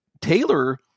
Taylor